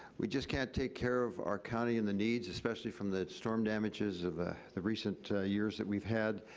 we just can't take care of our county and the needs, especially from the storm damages of ah the recent years that we've had.